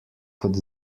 kot